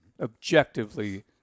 objectively